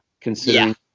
considering